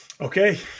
Okay